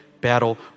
battle